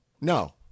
no